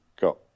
got